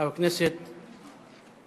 חבר הכנסת פרוש,